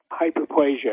hyperplasia